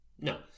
No